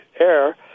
air